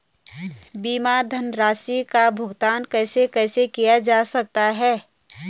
बीमा धनराशि का भुगतान कैसे कैसे किया जा सकता है?